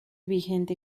vigente